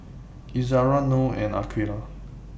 Izzara Noh and Aqilah